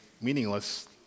meaningless